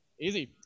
Easy